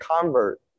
convert